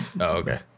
okay